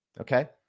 Okay